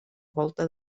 volta